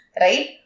right